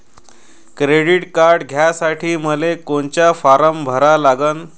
Credit card घ्यासाठी मले कोनचा फारम भरा लागन?